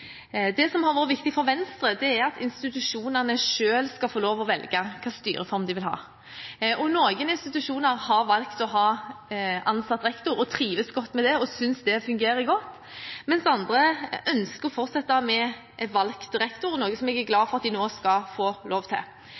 Det som har vært viktig for Venstre, er at institusjonene selv skal få velge hvilken styreform de vil ha. Noen institusjoner har valgt å ha ansatt rektor – de trives godt med det og synes det fungerer godt – mens andre ønsker å fortsette med valgt rektor, noe jeg er glad for at de nå skal få lov til.